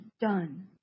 done